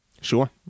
Sure